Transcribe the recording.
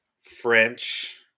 french